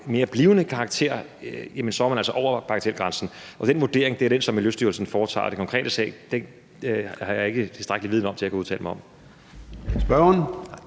mere blivende karakter, er man altså over bagatelgrænsen. Den vurdering er en, som Miljøstyrelsen foretager, og den konkrete sag har jeg ikke tilstrækkelig viden om til at kunne udtale mig om. Kl.